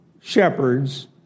shepherds